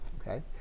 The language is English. Okay